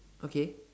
okay